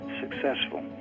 successful